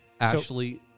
Ashley